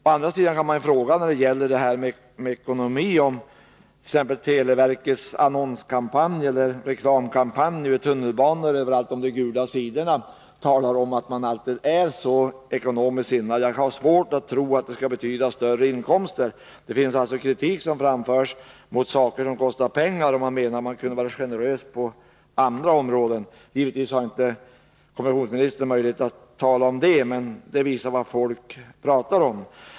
Å andra sidan kan man fråga när det gäller ekonomi om t.ex. televerkets reklamkampanj med annonser i tunnelbanan och överallt om de gula sidorna talar för att man alltid är så ekonomiskt sinnad. Jag har svårt att tro att den kampanjen skall medföra större inkomster. Det finns alltså kritik mot saker som kostar pengar. Man menar att det kunde gå att vara generös på andra områden. Givetvis har inte kommunikationsministern möjlighet att tala om detta, men det visar vad folk pratar om.